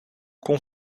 kon